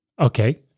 Okay